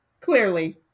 Clearly